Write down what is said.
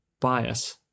bias